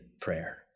prayer